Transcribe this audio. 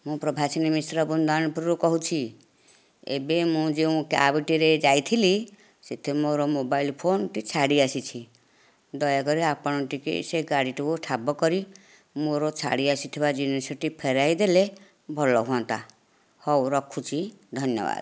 ମୁଁ ପ୍ରଭାସିନୀ ମିଶ୍ର ବୃନ୍ଦାବନପୁରରୁ କହୁଛି ଏବେ ମୁଁ ଯେଉଁ କ୍ୟାବ ଟିରେ ଯାଇଥିଲି ସେଇଠି ମୋର ମୋବାଇଲ ଫୋନଟି ଛାଡ଼ି ଆସିଛି ଦୟାକରି ଆପଣ ଟିକିଏ ସେ ଗାଡ଼ିଟିକୁ ଠାବ କରି ମୋର ଛାଡ଼ିଆସିଥିବା ଜିନିଷଟି ଫେରାଇ ଦେଲେ ଭଲ ହୁଅନ୍ତା ହେଉ ରଖୁଛି ଧନ୍ୟବାଦ